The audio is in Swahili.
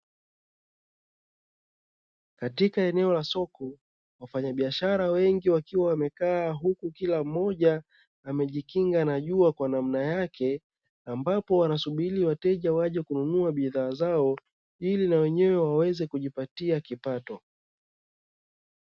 Katika eneo la soko wafanya biashara wengi wakiwa wamekaa huku kila mmoja amejikinga na jua kwa namna yake, ambapo wanasubiri wateja waje kununua bidhaa zao ili na wenyewe waweze kujipatia kipato.